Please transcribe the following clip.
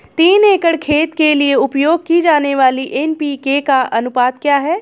तीन एकड़ खेत के लिए उपयोग की जाने वाली एन.पी.के का अनुपात क्या है?